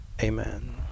Amen